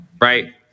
right